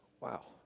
wow